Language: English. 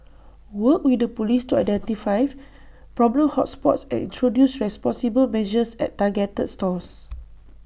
work with the Police to identify problem hot spots and introduce responsible measures at targeted stores